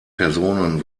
personen